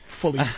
fully